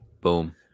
Boom